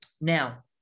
now